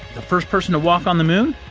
the first person to walk on the moon?